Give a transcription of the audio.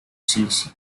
sicily